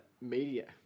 Media